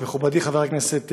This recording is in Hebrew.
מכובדי חבר הכנסת פרי,